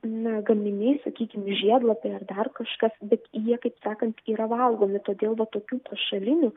na gaminiai sakykim žiedlapiai ar dar kažkas bet jie kaip sakant yra valgomi todėl va tokių pašalinių